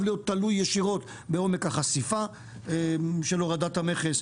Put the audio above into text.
להיות תלוי ישירות בעומק החשיפה של הורדת המכס,